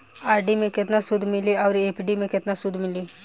RD मे केतना सूद मिली आउर एफ.डी मे केतना सूद मिली?